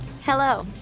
Hello